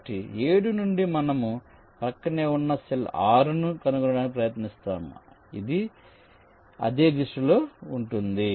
కాబట్టి 7 నుండి మనము ప్రక్కనే ఉన్న సెల్ 6 ను కనుగొనడానికి ప్రయత్నిస్తాము ఇది అదే దిశలో ఉంటుంది